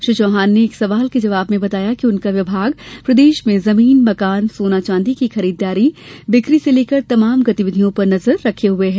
श्री चौहान ने एक सवाल के जवाब में बताया कि उनका विभाग प्रदेश में जमीन मकान सोना चांदी की खरीदी बिक्री से लेकर तमाम गतिविधियों पर नजर रखे हये है